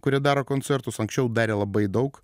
kurie daro koncertus anksčiau darė labai daug